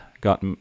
got